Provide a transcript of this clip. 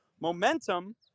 Momentum